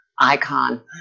icon